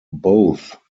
both